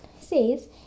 says